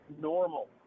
normal